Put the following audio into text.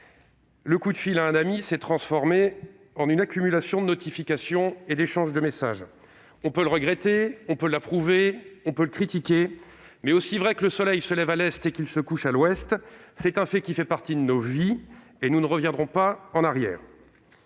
le coup de fil à un ami s'est transformé en une accumulation de notifications et d'échanges de messages. On peut le regretter, on peut l'approuver, on peut le critiquer, mais, aussi vrai que le soleil se lève à l'est et qu'il se couche à l'ouest, c'est un fait qui fait partie de nos vies et nous ne reviendrons pas en arrière.